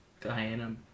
Diana